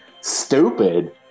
Stupid